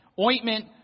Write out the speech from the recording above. ointment